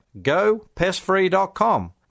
GoPestFree.com